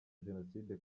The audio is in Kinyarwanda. jenoside